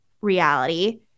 reality